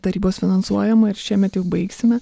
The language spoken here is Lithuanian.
tarybos finansuojamą ir šiemet jau baigsime